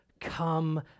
come